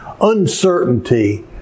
uncertainty